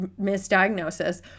misdiagnosis